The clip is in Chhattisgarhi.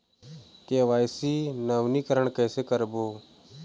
के.वाई.सी नवीनीकरण कैसे करबो?